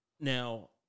now –